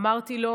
אמרתי לו: